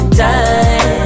time